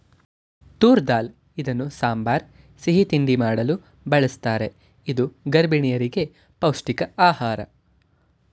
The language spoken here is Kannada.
ತೂರ್ ದಾಲ್ ಇದನ್ನು ಸಾಂಬಾರ್, ಸಿಹಿ ತಿಂಡಿ ಮಾಡಲು ಬಳ್ಸತ್ತರೆ ಇದು ಗರ್ಭಿಣಿಯರಿಗೆ ಪೌಷ್ಟಿಕ ಆಹಾರ